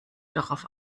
darauf